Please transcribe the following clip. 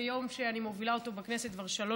זה יום שאני מובילה אותו בכנסת כבר שלוש